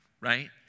right